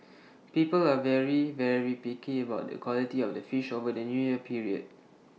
people are very very picky about the quality of the fish over the New Year period